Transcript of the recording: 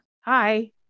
hi